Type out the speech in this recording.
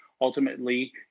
Ultimately